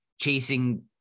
chasing